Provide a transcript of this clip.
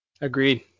Agreed